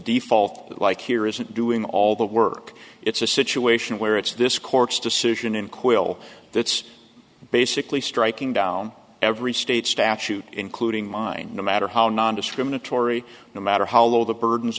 default like here isn't doing all the work it's a situation where it's this court's decision in quill that's basically striking down every state statute including mine no matter how nondiscriminatory no matter how low the burdens